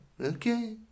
okay